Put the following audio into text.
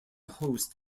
host